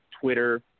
Twitter